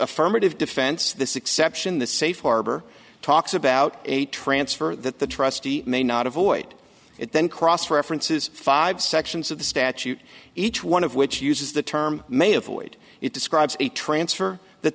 affirmative defense this exception the safe harbor talks about a transfer that the trustee may not avoid it then cross references five sections of the statute each one of which uses the term may avoid it describes a transfer that